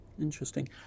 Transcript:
interesting